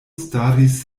staris